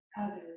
others